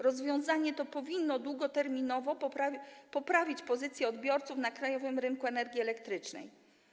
Rozwiązanie to powinno długoterminowo poprawić pozycję odbiorców na krajowym rynku energii elektrycznej”